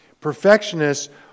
Perfectionists